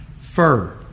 fur